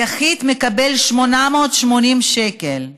יחיד מקבל 880 שקל,